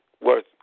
worth